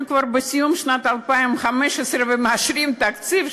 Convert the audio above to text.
אנחנו כבר בסיום שנת 2015 ומאשרים תקציב,